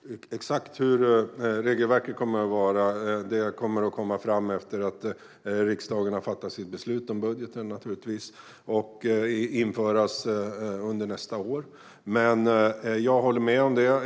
Herr talman! Exakt hur regelverket kommer att se ut kommer att stå klart när riksdagen har fattat beslut om budgeten. Det kommer att införas under nästa år. Men jag håller med om det.